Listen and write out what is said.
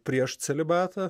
prieš celibatą